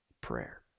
prayer